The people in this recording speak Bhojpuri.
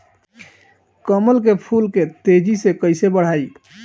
कमल के फूल के तेजी से कइसे बढ़ाई?